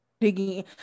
digging